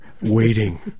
waiting